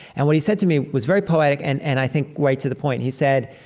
and what he said to me was very poetic and and i think right to the point. he said,